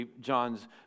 John's